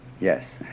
yes